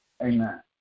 Amen